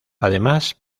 además